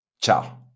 Ciao